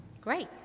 great